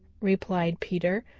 replied peter,